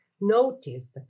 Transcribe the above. noticed